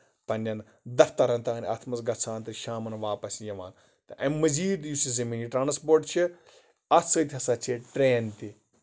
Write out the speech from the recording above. پَنٕنٮ۪ن دفتَرَن تام اَتھ منٛز گژھان تہٕ شامَن واپَس یِوان تہٕ اَمہِ مٔزیٖد یُس ہسا یِمن یہِ ٹرانَسپورٹ چھِ اَتھ سۭتۍ ہسا چھِ ٹرین تہٕ